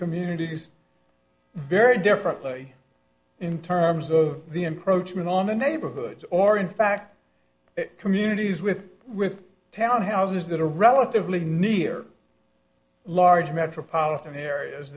communities very differently in terms of the encroachment on the neighborhoods or in fact communities with with townhouses that are relatively near large metropolitan areas